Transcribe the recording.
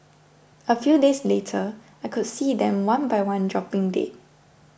a few days later I could see them one by one dropping dead